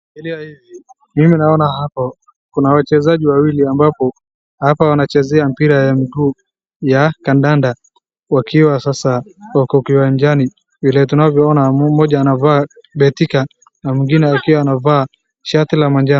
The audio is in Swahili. Nikiangalia hivi, mimi naona hapo kuna wachezaji wawili ambapo hapa wanachezea mpira ya miguu ya kandanda wakiwa sasa wako kiwanjani. Vile tunavyoona mmoja anavaa Betika na mwingine akiwa anavaa shati la manjano.